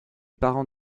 parents